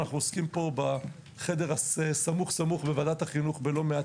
אנחנו עוסקים פה בחדר הסמוך סמוך בוועדת החינוך בלא מעט